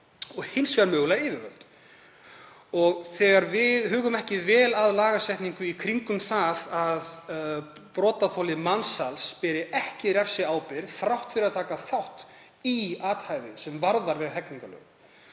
og hins vegar mögulega yfirvöld. Þegar við hugum ekki vel að lagasetningu í kringum það að brotaþoli mansals beri ekki refsiábyrgð þrátt fyrir að taka þátt í athæfi sem varðar við hegningarlög,